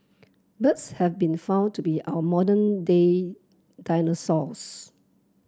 birds have been found to be our modern day dinosaurs